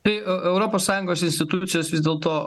eu eu europos sąjungos institucijos vis dėlto